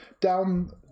down